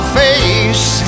face